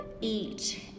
eat